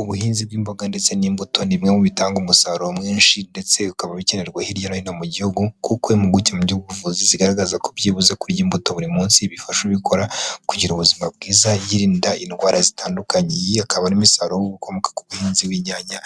Ubuhinzi bw'imboga ndetse n'imbuto ni bimwe mu bitanga umusaruro mwinshi ndetse ukaba bikenerwa hirya hino mu gihugu, kuko impuguke mu by'ubuvuzi zigaragaza ko byibuze kurya imbuto buri munsi bifasha ubikora kugira ubuzima bwiza yirinda indwara zitandukanye, iyo akaba n'imisaruro w'ibikomoka ku buhinzi bw' inyanya